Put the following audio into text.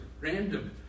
random